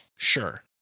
Sure